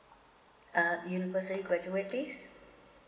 uh university graduate please